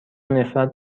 نفرت